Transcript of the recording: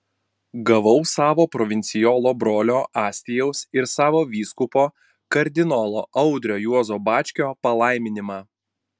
gavau savo provincijolo brolio astijaus ir savo vyskupo kardinolo audrio juozo bačkio palaiminimą